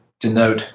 denote